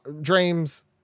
Dreams